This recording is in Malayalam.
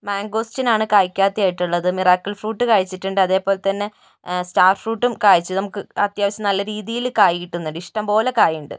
മാങ്കോസ്റ്റിൻ ആണ് കായ്ക്കാത്തയായിട്ടുള്ളത് മിറാക്കിൾ ഫ്രൂട്ട് കായ്ച്ചിട്ടുണ്ട് അതേപോലെതന്നെ സ്റ്റാർ ഫ്രൂട്ടും കായ്ച്ചു നമുക്ക് അത്യാവശ്യം നല്ല രീതിയിൽ കായ് കിട്ടുന്നുണ്ട് ഇഷ്ടം പോലെ കായ ഉണ്ട്